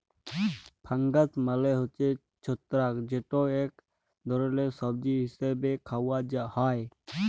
fungus মালে হছে ছত্রাক যেট ইক ধরলের সবজি হিসাবে খাউয়া হ্যয়